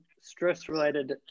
stress-related